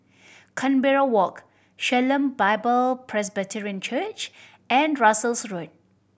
Canberra Walk Shalom Bible Presbyterian Church and Russels Road